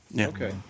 okay